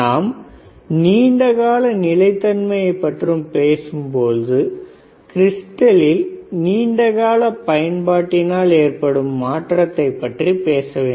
நாம் நீண்ட கால நிலைத்தன்மையை பற்றி பேசும் போது கிரிஸ்டல் நீண்டகால பயன்பாட்டினால் ஏற்படும் மாற்றத்தை பற்றி பேசவேண்டும்